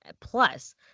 plus